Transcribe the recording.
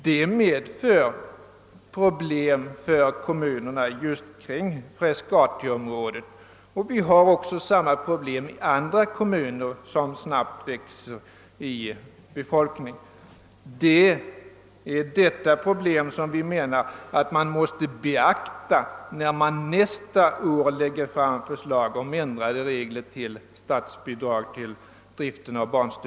Detta medför svårigheter för kommunerna kring Frescatiområdet, och liknande problem finns i' andra kommer med snabbt växande invånarantal. Vi anser att man måste beakta sådana här förhållanden när man nästa år lägger fram förslag om ändrade regler för statsbidrag till driften av barnstu